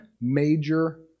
major